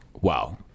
Wow